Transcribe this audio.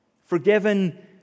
Forgiven